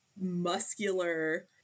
muscular